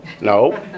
No